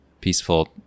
peaceful